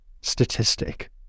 statistic